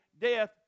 death